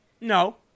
No